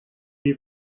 est